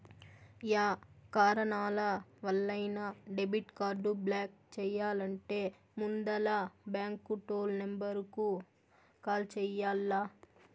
yeah కారణాలవల్లైనా debit card block చెయ్యాలంటే ముందల బాంకు టోల్ నెంబరుకు కాల్ చెయ్యాల్ల